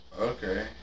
Okay